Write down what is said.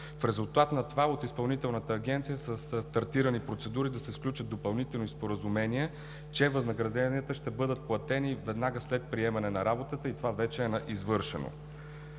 В резултат на това от Изпълнителната агенция са стартирани процедури да се сключат допълнителни споразумения, че възнагражденията ще бъдат платени веднага след приемане на работата и това вече е извършено.